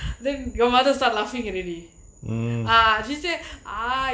then your mother start laughing already ah she say ah